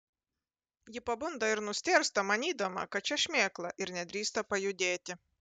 ji pabunda ir nustėrsta manydama kad čia šmėkla ir nedrįsta pajudėti